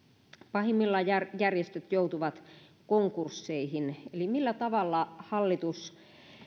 pahimmillaan järjestöt joutuvat konkursseihin eli millä tavalla hallitus